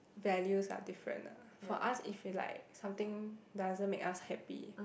values are different ah for us if you like something doesn't make us happy